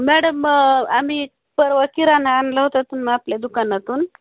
madam आम्ही परवा किराणा आणला होता पुन्हा आपल्या दुकानातून